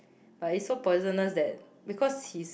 but it's so poisonous that because his